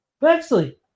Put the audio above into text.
Bexley